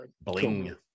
bling